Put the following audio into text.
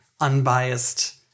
unbiased